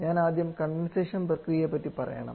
ഞാൻ ആദ്യം കണ്ടെൻസേഷൻ പ്രക്രിയയെ പറ്റി പറയാം